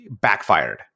backfired